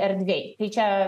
erdvėj tai čia